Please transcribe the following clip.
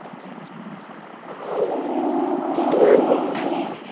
so is my music. ohhhh!